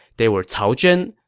they were cao zhen,